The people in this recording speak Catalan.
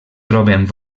troben